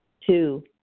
Two